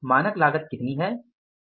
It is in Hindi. मानक लागत कितनी है